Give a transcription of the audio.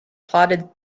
plodded